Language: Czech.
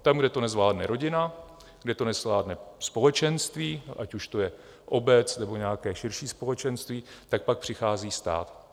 Tam, kde to nezvládne rodina, kde to nezvládne společenství, ať už to je obec, nebo nějaké širší společenství, tak pak přichází stát.